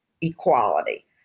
equality